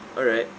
alright